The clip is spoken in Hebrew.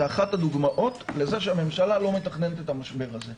אחת הדוגמאות שהממשלה לא מתכננת את המשבר הזה.